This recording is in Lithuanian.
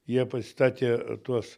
jie pasistatė tuos